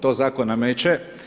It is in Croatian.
To zakon nameće.